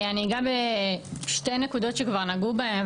אני אגע בשתי נקודות שכבר נגעו בהם,